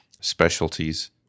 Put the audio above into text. specialties